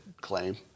claim